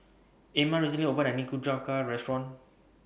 Ama recently opened A New Nikujaga Restaurant